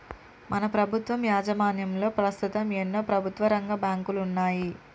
మన ప్రభుత్వం యాజమాన్యంలో పస్తుతం ఎన్నో ప్రభుత్వరంగ బాంకులున్నాయి